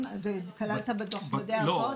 לא.